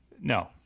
no